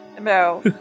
No